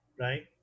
Right